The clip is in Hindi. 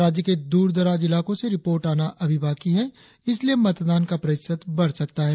राज्य के दूरदराज इलाकों से रिपोर्ट आना बाकी है इसलिए मतदान का प्रतिशत बढ़ सकता है